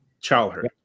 childhood